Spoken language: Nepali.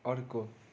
अर्को